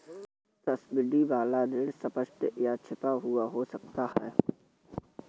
subsidy वाला ऋण स्पष्ट या छिपा हुआ हो सकता है